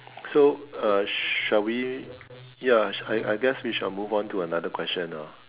so uh shall we ya I I guess we shall move on to another question ah